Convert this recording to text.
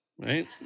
right